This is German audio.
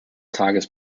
tages